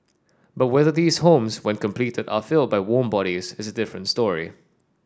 but whether these homes when completed are filled by warm bodies is a different story